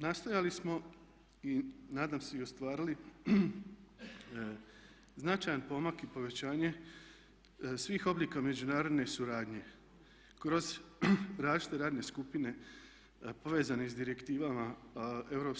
Nastojali smo i nadam se i ostvarili značajan pomak i povećanje svih oblika međunarodne suradnje kroz različite radne skupine povezane s direktivama EU